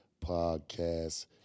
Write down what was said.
podcast